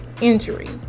injury